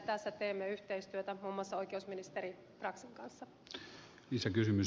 tässä teemme yhteistyötä muun muassa oikeusministeri braxin kanssa